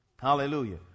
Hallelujah